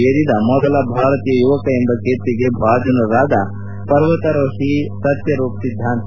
ಏರಿದ ಮೊದಲ ಭಾರತೀಯ ಯುವಕ ಎಂಬ ಕೀರ್ತಿಗೆ ಭಾಜನರಾದ ಪರ್ವತಾರೋಹಿ ಸತ್ಯರೂಪ್ ಸಿದ್ದಾಂತ